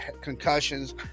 concussions